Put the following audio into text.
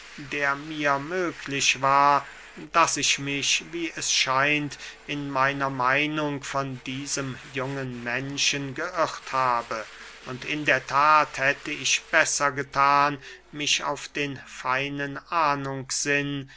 der mir möglich war daß ich mich wie es scheint in meiner meinung von diesem jungen menschen geirrt habe und in der that hätte ich besser gethan mich auf den feinen